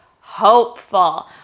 hopeful